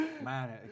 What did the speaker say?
man